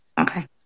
Okay